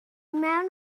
mewn